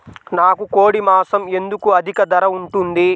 నాకు కోడి మాసం ఎందుకు అధిక ధర ఉంటుంది?